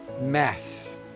mess